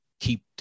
keep